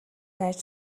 айж